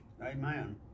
Amen